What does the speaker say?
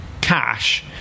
cash